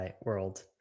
world